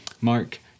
Mark